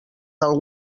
del